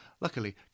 Luckily